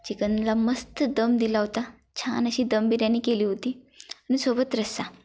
चिकनला मस्त दम दिला होता छान अशी दम बिर्याणी केली होती आणि सोबत रस्सा